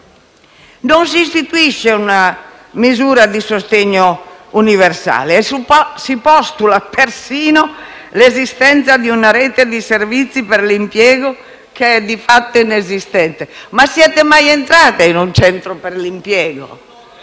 Non si istituisce una misura di sostegno universale e si postula persino l'esistenza di una rete di servizi per l'impiego, che è di fatto inesistente. Ma siete mai entrati in un centro per l'impiego?